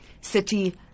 city